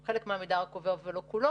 רק חלק מהמידע עבור ולא כולו